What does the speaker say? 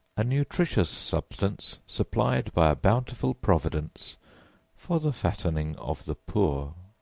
a nutritious substance supplied by a bountiful providence for the fattening of the poor.